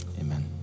Amen